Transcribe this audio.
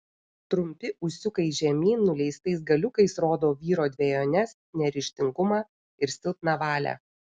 trumpi ūsiukai žemyn nuleistais galiukais rodo vyro dvejones neryžtingumą ir silpną valią